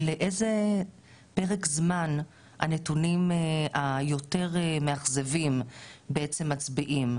לאיזה פרק זמן הנתונים היותר מאכזבים בעצם מצביעים?